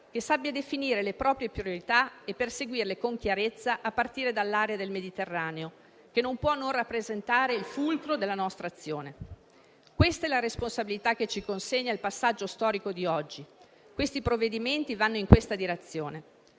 che sappia definire le proprie priorità e perseguirle con chiarezza, a partire dall'area del Mediterraneo, che non può non rappresentare il fulcro della nostra azione. Questa è la responsabilità che ci consegna il passaggio storico di oggi e i provvedimenti di cui stiamo